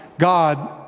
God